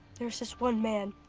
there's there's one man,